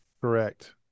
Correct